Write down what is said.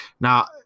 Now